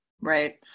right